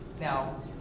Now